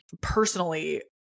personally